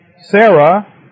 Sarah